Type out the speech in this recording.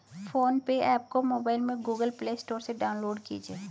phone पे app को mobile में गूगल प्ले स्टोर से डाउनलोड कीजिए